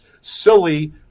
silly